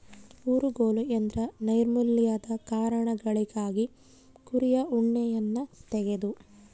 ಊರುಗೋಲು ಎಂದ್ರ ನೈರ್ಮಲ್ಯದ ಕಾರಣಗಳಿಗಾಗಿ ಕುರಿಯ ಉಣ್ಣೆಯನ್ನ ತೆಗೆದು